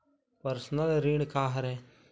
Personal ऋण का हरय?